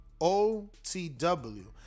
OTW